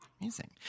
amazing